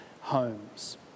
homes